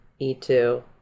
E2